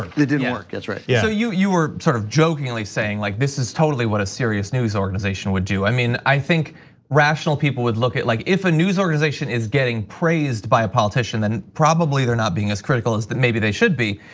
it didn't work. that's right, yeah. so you you were sort of jokingly saying, like, this is totally what a serious news organization would do. i mean, i think rational people would look at like if a news organization is getting praised by a politician, then probably they're not being as critical as maybe they should be.